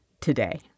today